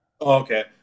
Okay